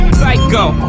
Psycho